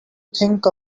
think